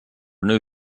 new